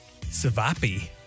Savapi